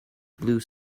blue